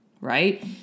right